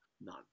none